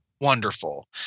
wonderful